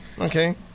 Okay